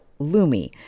Lumi